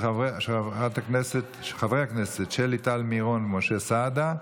של חברי הכנסת שלי טל מירון ומשה סעדה.